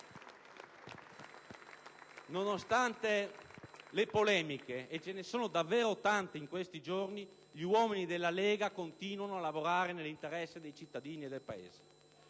Nonostante le polemiche - e ce ne sono davvero tante in questi giorni - gli uomini della Lega continuano a lavorare nell'interesse dei cittadini e del Paese.